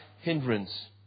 hindrance